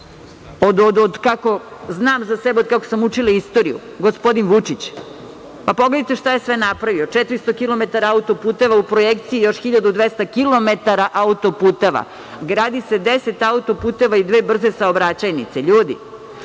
otkako znam za sebe, otkako sam učila istoriju, gospodin Vučić. Pogledajte šta je sve napravio, 400 kilometara autoputeva, a u projekciji je još 1200 kilometara autoputeva. Gradi se 10 autoputeva i dve brze saobraćajnice, ljudi!